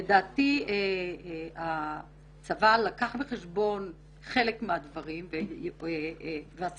לדעתי הצבא לקח בחשבון חלק מהדברים ונעשתה